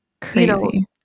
crazy